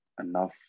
enough